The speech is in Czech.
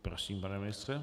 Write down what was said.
Prosím, pane ministře.